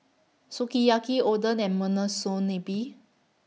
Sukiyaki Oden and Monsunabe